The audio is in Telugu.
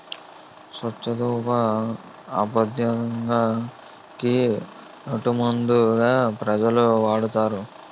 సొచ్చుదుంప ఆంబపైత్యం కి నాటుమందుగా ప్రజలు వాడుతుంటారు